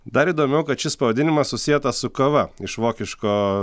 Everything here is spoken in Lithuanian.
dar įdomiau kad šis pavadinimas susietas su kava iš vokiško